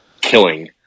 killing